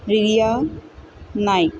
Riya Naik